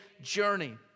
journey